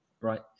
right